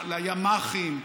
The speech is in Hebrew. לימ"חים,